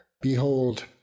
Behold